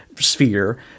sphere